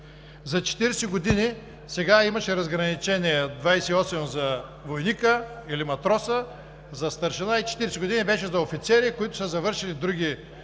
за 40 години. Сега имаше разграничение – 28 за войника, матроса и за старшина и 40 години беше за офицери, които са завършили други